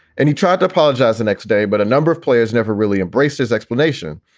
and he tried to apologize the next day. but a number of players never really embraced his explanation.